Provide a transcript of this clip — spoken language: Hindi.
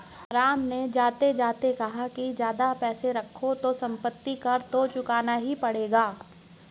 राम ने जाते जाते कहा कि ज्यादा पैसे रखोगे तो सम्पत्ति कर तो चुकाना ही पड़ेगा